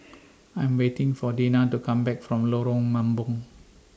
I Am waiting For Dena to Come Back from Lorong Mambong